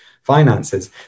finances